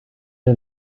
not